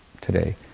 today